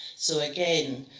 so again,